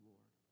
Lord